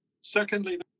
Secondly